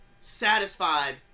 satisfied